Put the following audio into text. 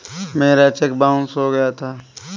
मेरा cheque bounce हो गया था